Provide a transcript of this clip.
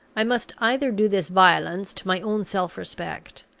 i must either do this violence to my own self-respect,